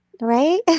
Right